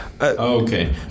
okay